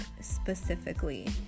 specifically